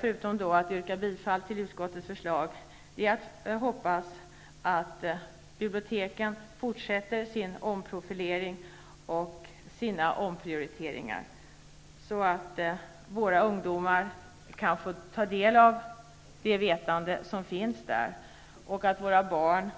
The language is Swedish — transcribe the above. Förutom att jag yrkar bifall till utskottets förslag hoppas jag att biblioteken fortsätter sin omprofilering och sina omprioriteringar, så att våra ungdomar kan få ta del av det vetande som finns där och så att våra barn